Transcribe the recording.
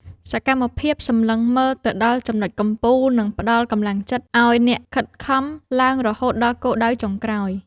សកម្មភាពសម្លឹងមើលទៅដល់ចំណុចកំពូល នឹងផ្ដល់កម្លាំងចិត្តឱ្យអ្នកខិតខំឡើងរហូតដល់គោលដៅចុងក្រោយ។